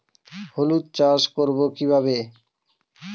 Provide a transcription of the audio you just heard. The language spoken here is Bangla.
হলুদ চাষ করব কিভাবে?